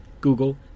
Google